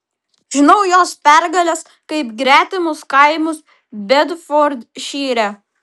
žinau jos pergales kaip gretimus kaimus bedfordšyre